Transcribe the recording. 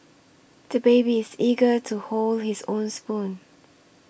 the baby is eager to hold his own spoon